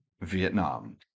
Vietnam